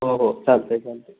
हो हो चालते चालते